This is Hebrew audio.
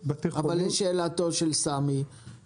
אבל לשאלתו של חבר הכנסת אבו שחאדה,